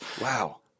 Wow